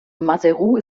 maseru